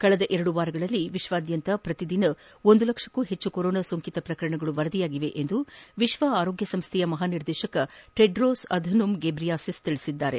ಕಳೆದ ಎರಡು ವಾರಗಳಲ್ಲಿ ವಿಶ್ವಾದ್ಯಂತ ಪ್ರತಿದಿನ ಒಂದು ಲಕ್ಷಕೂ ಹೆಚ್ಚು ಕೊರೋನಾ ಸೋಂಕಿತ ಪ್ರಕರಣಗಳು ವರದಿಯಾಗಿದೆ ಎಂದು ವಿಶ್ವ ಆರೋಗ್ಡ ಸಂಸ್ವೆ ಮಹಾನಿರ್ದೇಶಕ ಟೆಡ್ರೋಸ್ ಅದ್ನೋಮ್ ಗೇಬ್ರಿಯಾಸಿಸ್ ತಿಳಿಸಿದ್ದಾರೆ